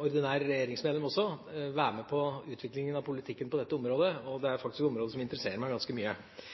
ordinært regjeringsmedlem også være med på utviklingen av politikken på dette området. Det er faktisk et område som interesserer meg ganske mye.